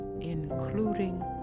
including